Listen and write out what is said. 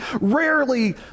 rarely